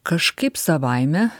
kažkaip savaime